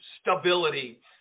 stability